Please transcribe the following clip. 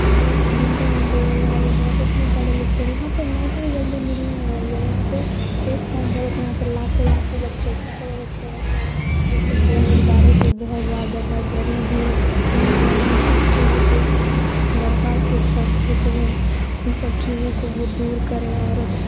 جن کے یہ بےروزگاری بہت اتنے پڑھے لکھے یہاں پہ نوکری جلدی مل ہی نہیں رہی ہے یہاں پہ ایک فارم بھرتے ہے یہاں پہ لاکھوں لاکھوں بچے بچے رہتے ہیں جیسے بےروزگاری بھی بہت زیادہ ہے غریبی وہ ہم چاہتے ہیں ان سب چیزوں کو درخواست سرکار سے وہ ان سب چیزوں کو وہ دور کرے اور